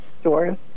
stores